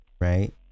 right